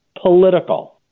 political